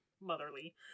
motherly